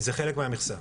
זה חלק מהמכסה.